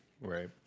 right